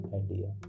idea